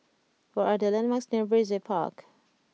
what are the landmarks near Brizay Park